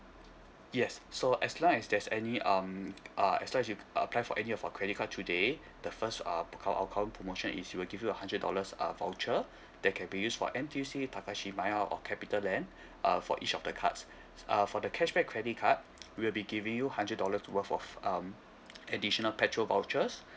yes so as long as there's any um uh as long as you apply for any of our credit card today the first uh our current promotion is we will give you a hundred dollars uh voucher that can be used for N_T_U_C Takashimaya or Capitaland uh for each of the cards uh for the cashback credit card we will be giving you hundred dollars worth of um additional petrol vouchers